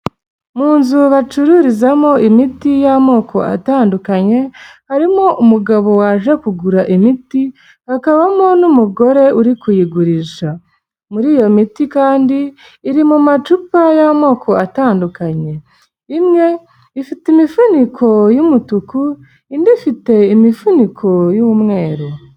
Mu nzu bacururizamo imiti y'amoko atandukanye, harimo umugabo waje kugura imiti, hakabamo n'umugore uri kuyigurisha. Muri iyo miti kandi iri mu macupa y'amoko atandukanye. Imwe ifite imifuniko y'umutuku indi ifite imifuniko y'umweru.